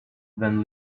then